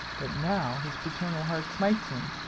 but now his paternal heart smites him,